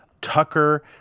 Tucker